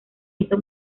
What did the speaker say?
hizo